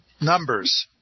numbers